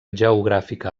geogràfica